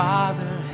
Father